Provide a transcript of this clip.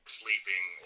sleeping